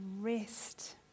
rest